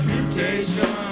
Mutation